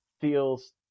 feels